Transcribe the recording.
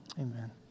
amen